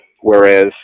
whereas